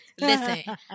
Listen